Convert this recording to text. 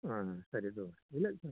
ಹಾಂ ಸರಿ ತಗೋ ರೀ ಇಲ್ಲ